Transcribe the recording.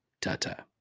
Ta-ta